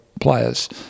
players